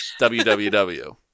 WWW